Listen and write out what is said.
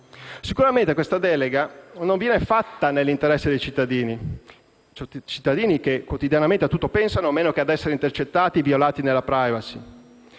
Sicuramente questa delega non viene fatta nell'interesse dei cittadini, che quotidianamente a tutto pensano meno che a essere intercettati e violati nella *privacy*.